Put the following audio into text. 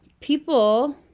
People